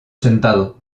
sentado